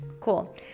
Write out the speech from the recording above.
Cool